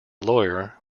lawyer